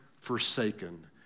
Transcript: forsaken